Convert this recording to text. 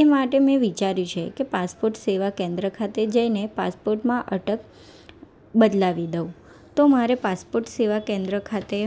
એ માટે મેં વિચાર્યું છે કે પાસપોર્ટ સેવા કેન્દ્ર ખાતે જઈને પાસપોર્ટમાં અટક બદલાવી દઉં તો મારે પાસપોર્ટ સેવા કેન્દ્ર ખાતે